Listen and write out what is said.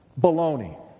baloney